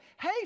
hey